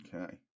okay